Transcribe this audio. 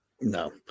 no